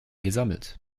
gesammelt